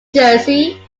jersey